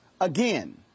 again